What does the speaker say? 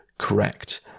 correct